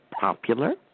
popular